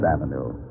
Avenue